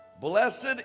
blessed